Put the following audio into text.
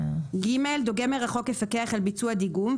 (ג)דוגם מרחוק יפקח על ביצוע דיגום,